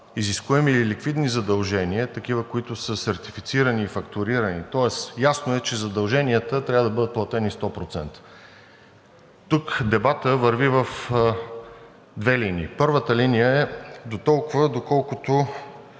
изискуеми и ликвидни задължения, такива, които са сертифицирани и фактурирани, тоест ясно е, че задълженията трябва да бъдат платени 100%. Тук дебатът върви в две линии. Първата линия е дотолкова, доколкото